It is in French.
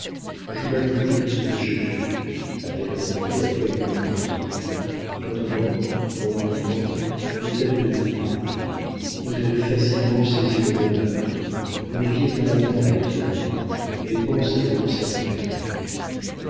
je m'applaudis de ce que j'ai fait a-t-elle repris après une pause maintenant mon enfant ne t'abuse pas vous avez facilement saisi le bonheur vous n'aviez que la main à étendre mais pense à le conserver